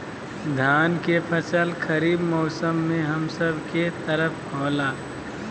धान के फसल खरीफ मौसम में हम सब के तरफ होला